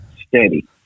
steady